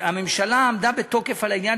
הממשלה עמדה בתוקף על העניין,